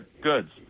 goods